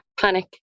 panic